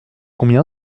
combien